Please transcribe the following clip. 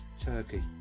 Turkey